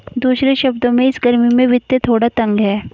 दूसरे शब्दों में, इस गर्मी में वित्त थोड़ा तंग है